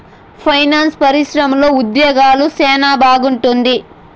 finance పరిశ్రమలో ఉద్యోగాలు సెనా బాగుంటుంది